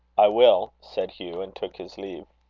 i will, said hugh, and took his leave.